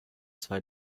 zwei